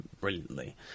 brilliantly